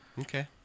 okay